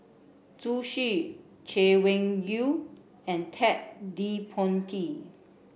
Zhu Xu Chay Weng Yew and Ted De Ponti